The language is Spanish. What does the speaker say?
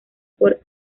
por